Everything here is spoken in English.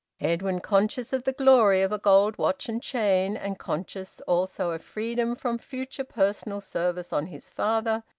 edwin, conscious of the glory of a gold watch and chain, and conscious also of freedom from future personal service on his father,